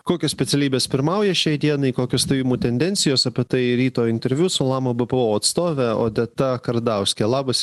kokios specialybės pirmauja šiai dienai kokios stojimų tendencijos apie tai ryto interviu su lama bpo atstove odeta kardauske labas